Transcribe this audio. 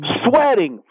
sweating